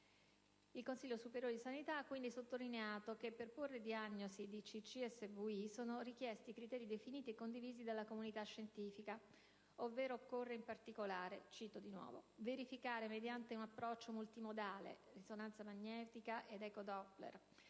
il Consiglio superiore di sanità ha quindi sottolineato che, per porre diagnosi di CCSVI, sono richiesti criteri definiti e condivisi dalla comunità scientifica. In particolare occorre, e cito nuovamente: «verificare mediante un approccio multimodale (risonanza magnetica ed ecodoppler)